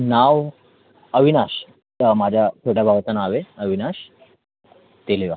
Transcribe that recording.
नाव अविनाश या माझ्या छोट्या भावाचं नाव आहे अविनाश ते लिहा